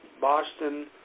Boston